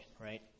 right